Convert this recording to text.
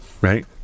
right